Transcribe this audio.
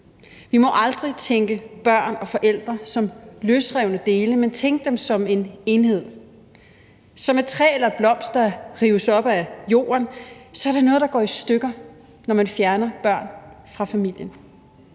Vi må aldrig tænke børn og forældre som løsrevne dele, men tænke dem som en enhed. Som et træ eller en blomst, der rives op af jorden, er der noget, der går i stykker, når man fjerner børn fra familien.